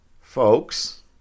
Folks